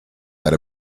that